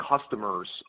customers